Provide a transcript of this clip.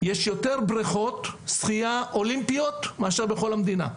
יש יותר בריכות שחייה אולימפיות מאשר בכל המדינה.